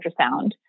ultrasound